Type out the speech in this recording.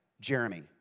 Jeremy